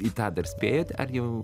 į tą dar spėjot ar jau